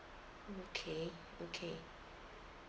okay okay